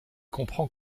comprend